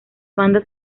bandas